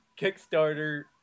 Kickstarter